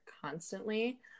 constantly